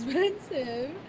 expensive